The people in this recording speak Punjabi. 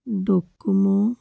ਡੋਕੋਮੋ